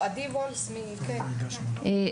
עדי וולס לא בזום?